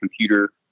computer